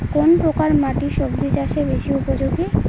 কোন প্রকার মাটি সবজি চাষে বেশি উপযোগী?